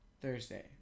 Thursday